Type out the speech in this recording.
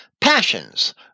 passions